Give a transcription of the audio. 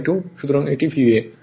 সুতরাং এটি VA